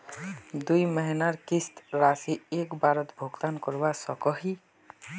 दुई महीनार किस्त राशि एक बारोत भुगतान करवा सकोहो ही?